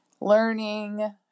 learning